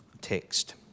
text